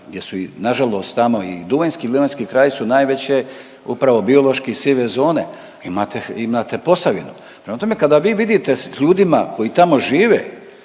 gdje su i nažalost tamo i duvanjski i livanjski kraj su najveće upravo biološki sive zone, imate Posavinu. Prema tome, kada vi vidite s ljudima koji tamo žive